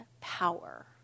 power